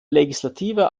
legislative